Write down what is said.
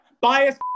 Bias